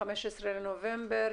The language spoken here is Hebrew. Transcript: ה-15 בנובמבר,